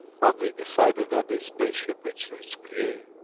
but we decided that this spaceship, which which is created,